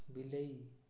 ବିଲେଇ